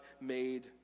made